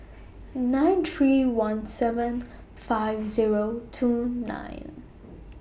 nine three one seven five Zero two nine